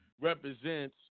represents